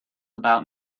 about